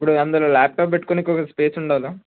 ఇప్పుడు అందులో ల్యాప్టాప్ పెట్టుకోనీకి ఒక స్పేస్ ఉంటుందా